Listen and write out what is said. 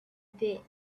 bit